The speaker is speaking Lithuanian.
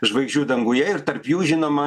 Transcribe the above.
žvaigždžių danguje ir tarp jų žinoma